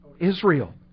Israel